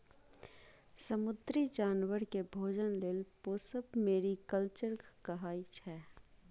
समुद्री जानबर केँ भोजन लेल पोसब मेरीकल्चर कहाइ छै